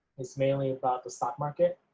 it's mainly about the stock market,